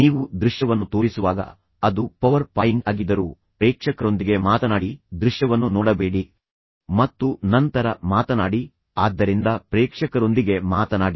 ನೀವು ದೃಶ್ಯವನ್ನು ತೋರಿಸುವಾಗ ಅದು ಪವರ್ ಪಾಯಿಂಟ್ ಆಗಿದ್ದರೂ ಪ್ರೇಕ್ಷಕರೊಂದಿಗೆ ಮಾತನಾಡಿ ದೃಶ್ಯವನ್ನು ನೋಡಬೇಡಿ ಮತ್ತು ನಂತರ ಮಾತನಾಡಿ ಆದ್ದರಿಂದ ಪ್ರೇಕ್ಷಕರೊಂದಿಗೆ ಮಾತನಾಡಿ